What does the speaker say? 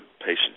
patient